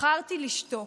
בחרתי לשתוק.